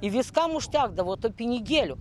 į viskam užtekdavo tų pinigėlių